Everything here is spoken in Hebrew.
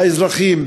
האזרחים,